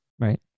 Right